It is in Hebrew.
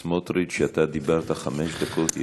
סמוטריץ, אתה דיברת חמש דקות.